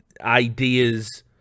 ideas